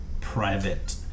private